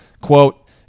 quote